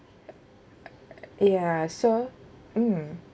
ya so mm